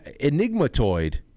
Enigmatoid